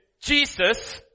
Jesus